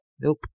nope